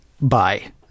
bye